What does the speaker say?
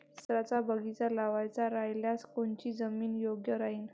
संत्र्याचा बगीचा लावायचा रायल्यास कोनची जमीन योग्य राहीन?